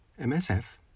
MSF